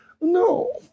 No